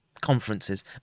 conferences